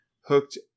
hooked